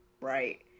right